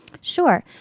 sure